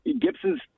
Gibson's